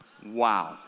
wow